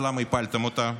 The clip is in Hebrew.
אז למה הפלתם אותה?